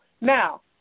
now